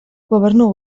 gobernu